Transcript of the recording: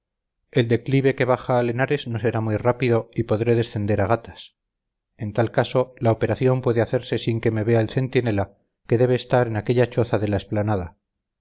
el declive que baja al henares no será muy rápido y podré descender a gatas en tal caso la operación puede hacerse sin que me vea el centinela que debe estar en aquella choza de la explanada